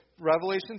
Revelation